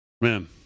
man